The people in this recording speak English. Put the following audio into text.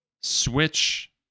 Switch